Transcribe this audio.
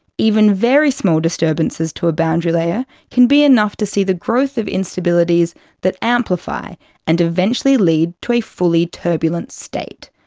even very small disturbances to a boundary layer can be enough to see the growth of instabilities that amplify and eventually lead to a fully turbulent state.